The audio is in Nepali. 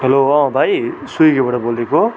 हलो भाइ स्विगीबाट बोलेको हो